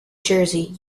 jersey